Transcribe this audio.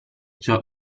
ciò